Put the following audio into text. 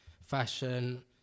fashion